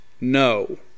No